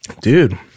Dude